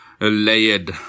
layered